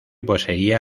poseía